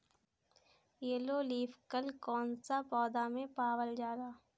Yellow leaf curl कौन सा पौधा में पावल जाला?